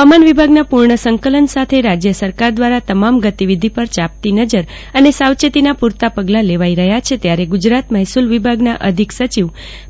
ફવામાન વિભાગના પુર્ણ સંકલન સાથે રાજયસરકાર દ્રારા તમામ ગતિવિધિ પર ચાંપતી નજર અને સાવચેતના પુરતા પગલા લેવાઈ રહ્યા છે ત્યારે ગુજરાત મહેસુલ વિભાગના અધિક સચિવ